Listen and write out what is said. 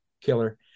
killer